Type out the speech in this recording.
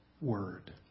word